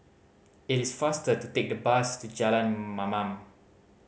it is faster to take the bus to Jalan Mamam